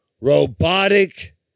robotic